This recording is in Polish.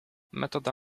metoda